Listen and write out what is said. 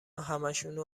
همشونو